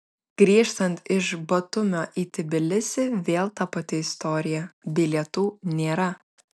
grįžtant iš batumio į tbilisį vėl ta pati istorija bilietų nėra